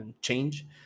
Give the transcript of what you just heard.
change